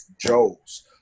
Joes